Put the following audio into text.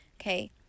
Okay